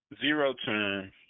zero-turn